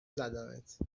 زدمت